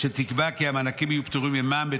שתקבע כי המענקים יהיו פטורים ממע"מ.